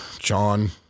John